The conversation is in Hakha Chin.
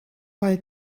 lai